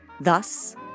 Thus